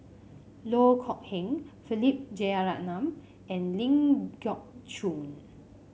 Loh Kok Heng Philip Jeyaretnam and Ling Geok Choon